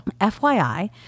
FYI